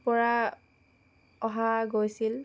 পৰা অহা গৈছিল